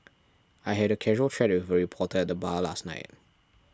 I had a casual chat with a reporter at the bar last night